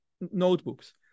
notebooks